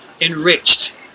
enriched